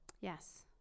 yes